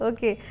Okay